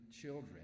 children